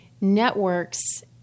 networks